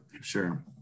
sure